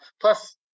Plus